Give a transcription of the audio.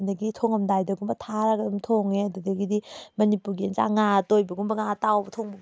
ꯑꯗꯒꯤ ꯊꯣꯡꯉꯝꯗꯥꯏꯗꯒꯨꯝꯕ ꯊꯥꯔꯒ ꯑꯗꯨꯝ ꯊꯣꯡꯉꯦ ꯑꯗꯨꯗꯒꯤꯗꯤ ꯃꯅꯤꯄꯨꯔꯒꯤ ꯏꯟꯖꯥꯡ ꯉꯥ ꯑꯇꯣꯏꯕꯒꯨꯝꯕ ꯉꯥ ꯑꯇꯥꯎꯕ ꯊꯣꯡꯕꯒꯨꯝꯕ